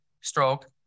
stroke